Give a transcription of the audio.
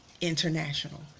International